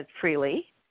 freely